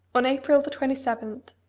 on april the twenty-seventh,